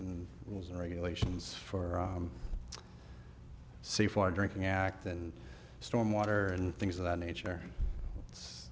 and rules and regulations for say for drinking act and storm water and things of that nature it's